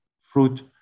fruit